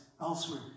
elsewhere